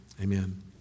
Amen